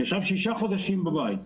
ישב שישה חודשים בבית.